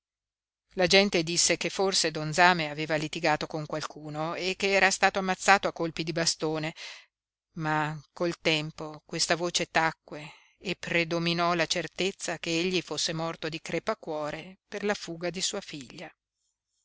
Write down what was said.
la gente disse che forse don zame aveva litigato con qualcuno e che era stato ammazzato a colpi di bastone ma col tempo questa voce tacque e predominò la certezza che egli fosse morto di crepacuore per la fuga di sua figlia